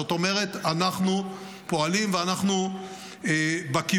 זאת אומרת, אנחנו פועלים ואנחנו בכיוון.